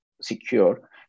secure